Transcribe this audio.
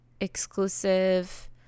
exclusive